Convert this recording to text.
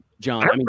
John